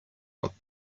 got